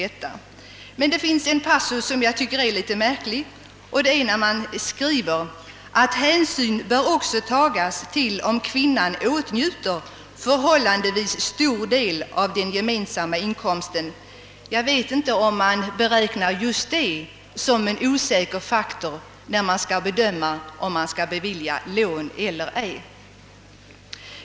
Det finns emellertid en passus som är litet märklig, nämligen när det skrivs att hänsyn också bör tas till om kvinnan åtnjuter förhållandevis stor del av den gemensamma inkomsten. Jag vet inte om man anser just detta vara en osäker faktor vid bedömning om lån skall beviljas eller ej.